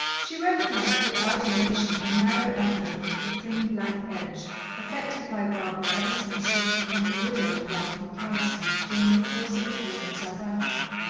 she recognized without elation the narrow envelope with the thin black edge affected by barbara ever since she had become the widow of ralph mcallister, during the course of the war in south africa.